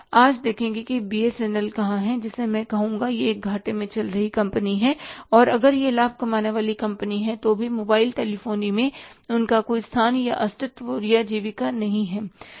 आज देखें कि बीएसएनएल कहां है जिसे मैं कहूँगा यह एक घाटे में चल रही कंपनी है और अगर यह लाभ कमाने वाली कंपनी है तो भी मोबाइल टेलीफोनी में उनका कोई स्थान या अस्तित्व या जीविका नहीं है